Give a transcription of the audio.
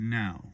now